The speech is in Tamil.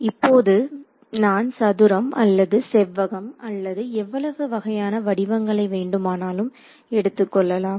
இப்போது நான் சதுரம் அல்லது செவ்வகம் அல்லது எவ்வளவு வகையான வடிவங்களை வேண்டுமானாலும் எடுத்துக் கொள்ளலாம்